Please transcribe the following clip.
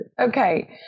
Okay